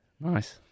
nice